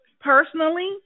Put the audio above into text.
personally